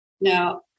Now